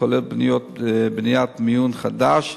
כולל בניית מיון חדש,